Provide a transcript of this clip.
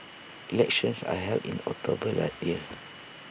elections are held in October that year